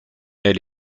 elle